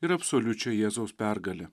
ir absoliučią jėzaus pergalę